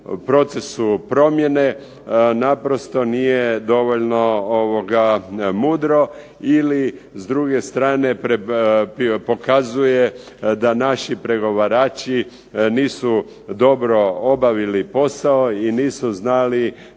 procesu promjene naprosto nije dovoljno mudro ili s druge strane pokazuje da naši pregovarači nisu dobro obavili posao i nisu znali